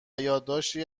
یادداشتی